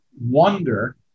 wonder